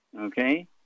okay